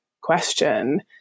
question